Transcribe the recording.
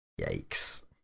Yikes